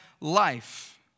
life